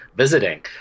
Visiting